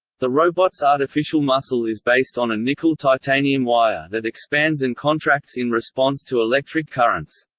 the robot's artificial muscle is based on a nickel-titanium wire that expands and contracts in response to electric currents.